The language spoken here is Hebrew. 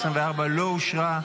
לא אושרה,